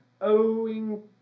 owing